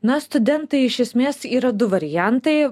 na studentai iš esmės yra du variantai